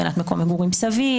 הגנת מקום מגורים סביר,